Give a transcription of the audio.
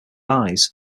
eyes